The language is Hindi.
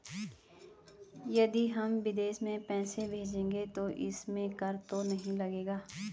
यदि हम विदेश में पैसे भेजेंगे तो उसमें कर तो नहीं लगेगा?